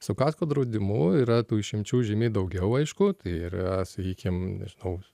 su kasko draudimu yra tų išimčių žymiai daugiau aišku tai ir sakykim nežinau